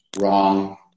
wrong